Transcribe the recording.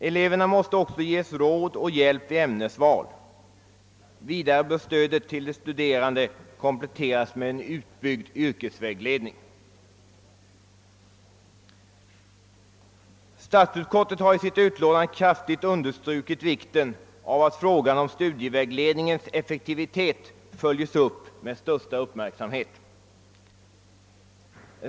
Eleverna måste också få råd och hjälp vid ämnesval. Vidare bör stödet åt de studerande kompletteras med en utbyggd yrkesvägledning. Statsutskottet har i sitt utlåtande kraftigt understrukit vikten av att frågan om studierådgivningens effektivitet följes med största uppmärksamhet.